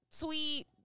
tweet